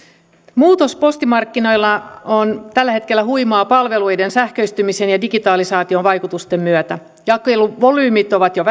muutos postimarkkinoilla on tällä hetkellä huimaa palveluiden sähköistymisen ja digitalisaation vaikutusten myötä jakeluvolyymit ovat jo